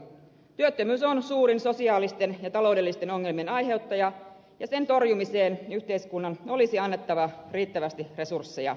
työttömyys on suurin sosiaalisten ja taloudellisten ongelmien aiheuttaja ja sen torjumiseen yhteiskunnan olisi annettava riittävästi resursseja